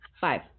Five